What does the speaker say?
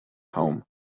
home